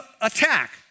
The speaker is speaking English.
attack